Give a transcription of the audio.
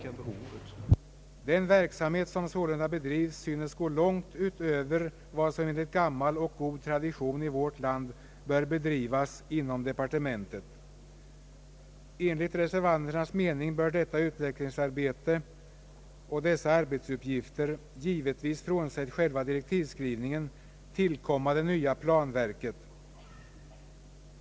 Den verksamhet som sålunda bedrives synes gå långt utöver vad som enligt gammal och god tradition i vårt land bör ske inom departementen. Enligt reservanternas mening bör detta utvecklingsarbete och dessa arbetsuppgifter, givetvis frånsett själva direktivskrivningen, tillkomma det nya planverket.